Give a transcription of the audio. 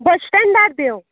बसस्टेंडार देवं